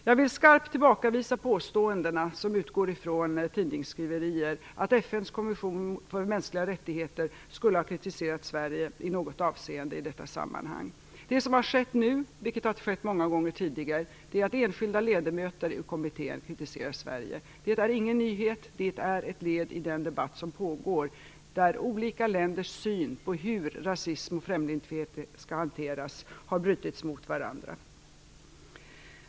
Jag vill skarpt tillbakavisa de påståenden som utgår ifrån tidningsskriverier om att FN:s kommission för mänskliga rättigheter skulle har kritiserat Sverige i något avseende i detta sammanhang. Det som har skett nu - och har skett många gånger tidigare - är att enskilda ledamöter i kommittén kritiserar Sverige. Det är ingen nyhet. Det är ett led i den debatt som pågår där olika länders syn på hur rasism och främlingsfientlighet skall hanteras har brutits mot varandra.